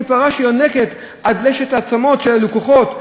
היא פרה שיונקת את לשד העצמות של הלקוחות,